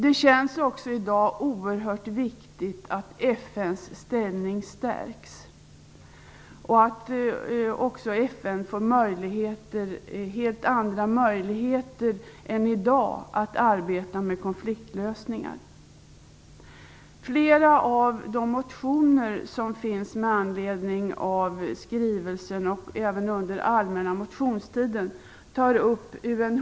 Det känns också i dag oerhört viktigt att FN:s ställning stärks och att FN får helt andra möjligheter än vad man har i dag att arbeta med konfliktlösning. I flera av de motioner som behandlas i betänkandet tas UNHCR:s arbete upp.